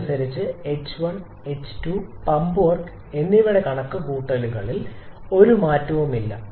അതനുസരിച്ച്h1 h2 pump work എന്നിവയുടെ കണക്കുകൂട്ടലുകൾൽ ഒരു മാറ്റവുമില്ല